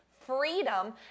freedom